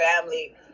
family